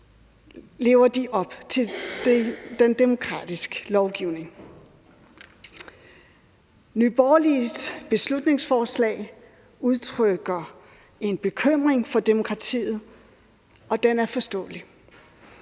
op til den demokratiske lovgivning? Nye Borgerliges beslutningsforslag udtrykker en bekymring for demokratiet, og det er forståeligt.